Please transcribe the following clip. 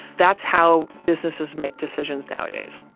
that's how businesses make decisions nowadays